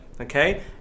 okay